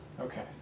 Okay